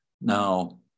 Now